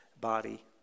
body